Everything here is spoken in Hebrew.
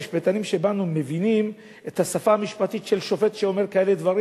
המשפטנים שבינינו מבינים את השפה המשפטית של שופט שאומר כאלה דברים.